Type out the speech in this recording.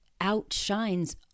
outshines